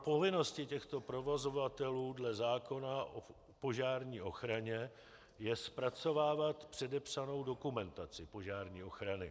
Povinností těchto provozovatelů dle zákona o požární ochraně je zpracovávat předepsanou dokumentaci požární ochrany.